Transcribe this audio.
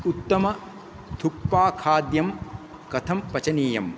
उत्तम थुक्पा खाद्यं कथं पचनीयम्